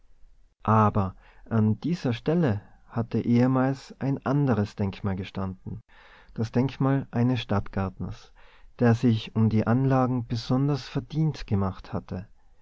aber an dieser stelle hatte ehemals ein anderes denkmal gestanden das denkmal eines stadtgärtners der sich um die anlagen besonders verdient gemacht hatte